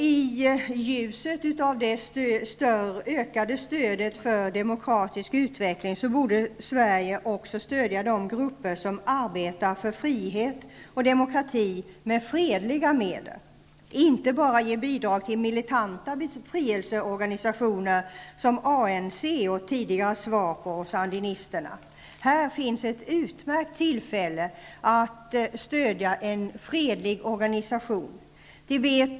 I ljuset av det ökade stödet för demokratisk utveckling borde Sverige också stödja de grupper som med fredliga medel arbetar för frihet och demokrati och inte bara ge bidrag till militanta befrielseorganisationer som ANC och tidigare SWAPO och sandinisterna. Här finns ett utmärkt tillfälle att stödja en fredlig organisation.